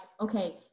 okay